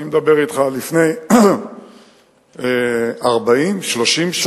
אני מדבר אתך על לפני 40, 30,